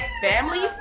family